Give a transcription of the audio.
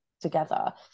together